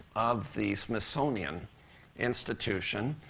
the smithsonian institution,